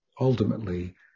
ultimately